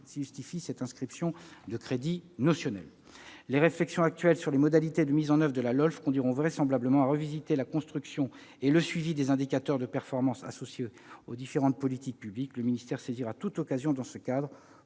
qui justifie l'inscription de crédits notionnels. Les réflexions actuelles portant sur les modalités de mise en oeuvre de la LOLF conduiront vraisemblablement à revisiter la construction et le suivi des indicateurs de performance associés aux différentes politiques publiques. Dans ce cadre, le ministère saisira toute occasion de répondre